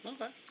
Okay